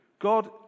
God